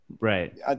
right